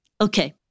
Okay